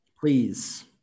Please